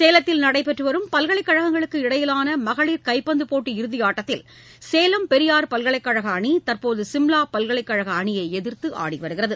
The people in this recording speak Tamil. சேலத்தில் நடைபெற்று வரும் பல்கலைக் கழகங்களுக்கு இடையிலான மகளிர் கைப்பந்துப் போட்டி இறுதியாட்டத்தில் சேலம் பெரியார் பல்கலைக் கழக அணி தற்போது சிம்லா பல்கலைக் கழக அணியை எதிர்த்து ஆடிவருகிறது